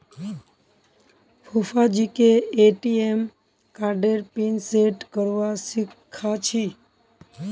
फूफाजीके ए.टी.एम कार्डेर pin set करवा सीखा छि